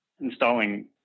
installing